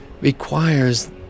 requires